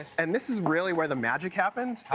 and this is really where the magic happens.